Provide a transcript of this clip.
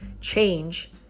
change